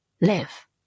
live